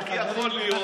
איך יכול להיות,